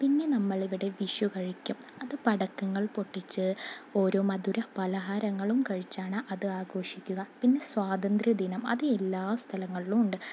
പിന്നെ നമ്മൾ ഇവിടെ വിഷു കഴിക്കും അത് പടക്കങ്ങൾ പൊട്ടിച്ചു ഓരോ മധുര പലഹാരങ്ങളും കഴിച്ചാണ് അത് ആഘോഷിക്കുക പിന്നെ സ്വാതന്ത്ര്യ ദിനം അത് എല്ലാ സ്ഥലങ്ങളിലും ഉണ്ട്